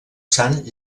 sant